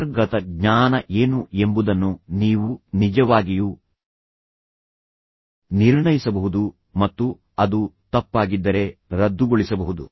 ಅಂತರ್ಗತ ಜ್ಞಾನ ಏನು ಎಂಬುದನ್ನು ನೀವು ನಿಜವಾಗಿಯೂ ನಿರ್ಣಯಿಸಬಹುದು ಮತ್ತು ಅದು ತಪ್ಪಾಗಿದ್ದರೆ ರದ್ದುಗೊಳಿಸಬಹುದು